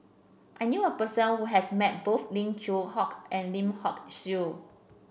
I knew a person who has met both Lim Yew Hock and Lim Hock Siew